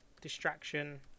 distraction